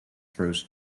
throws